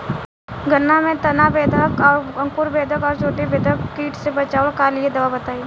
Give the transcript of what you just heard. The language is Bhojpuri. गन्ना में तना बेधक और अंकुर बेधक और चोटी बेधक कीट से बचाव कालिए दवा बताई?